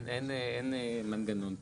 אין מנגנון כזה.